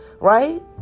right